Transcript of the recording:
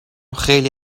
خیلی